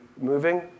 moving